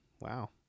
Wow